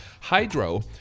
Hydro